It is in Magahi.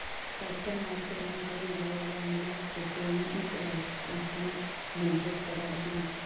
कैपिटल मार्केट में कैइल जाए वाला निवेश के सेबी इ सब आर्थिक संस्थान नियंत्रित करऽ हई